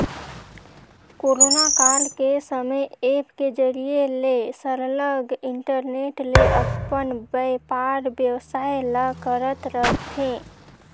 corona काल के समे ऐप के जरिए ले सरलग इंटरनेट ले अपन बयपार बेवसाय ल करत रहथें